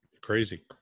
crazy